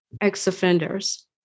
ex-offenders